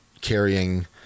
carrying